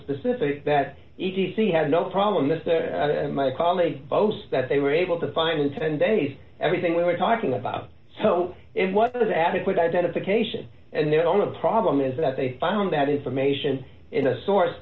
specific that e t c had no problem with my colleague boast that they were able to find in ten days everything we were talking about so it was adequate identification and then all of the problem is that they found that information in a source